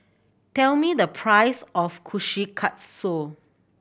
tell me the price of Kushikatsu